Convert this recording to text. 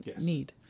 need